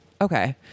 okay